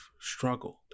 struggled